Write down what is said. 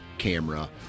camera